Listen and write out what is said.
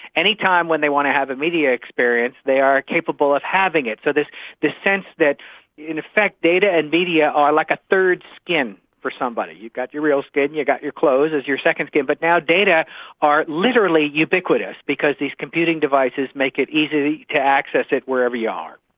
any time when they want to have a media experience they are capable of having it. so this this sense that in effect data and media alike like a third skin for somebody. you've got your real skin, you've got your clothes as your second skin, but now data are literally ubiquitous because these computing devices make it easy to access it wherever you are.